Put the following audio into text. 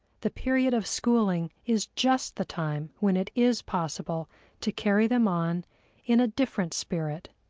the period of schooling, is just the time when it is possible to carry them on in a different spirit.